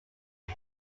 san